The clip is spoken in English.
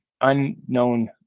unknown